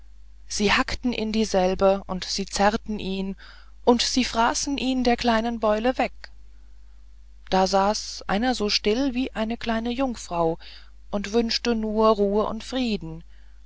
sie hackten in dieselbe und sie zerrten ihn und sie fraßen ihn der kleinen beule wegen da saß einer so still wie eine kleine jungfrau und wünschte nur ruhe und frieden